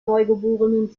neugeborenen